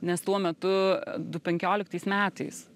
nes tuo metu du penkioliktais metais